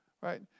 Right